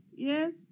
Yes